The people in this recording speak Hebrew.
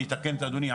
אני אתקן את אדוני,